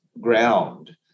ground